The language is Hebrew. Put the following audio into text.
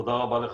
תודה רבה לך,